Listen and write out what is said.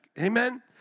Amen